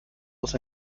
muss